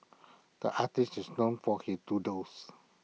the artist is known for his doodles